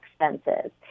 expenses